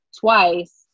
twice